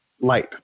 light